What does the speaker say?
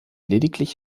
lediglich